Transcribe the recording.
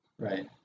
Right